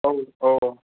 औ औ